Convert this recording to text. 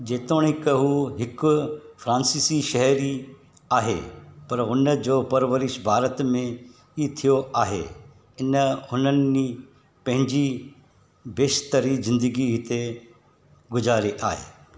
जेतोणीकि हू हिकु फ्रांसीसी शहरी आहे पर हुन जो परवरिश भारत में ई थियो आहे इन हुननि पंहिंजी बेशतरि जिन्दगी हिते गुज़ारी आहे